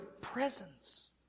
presence